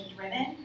driven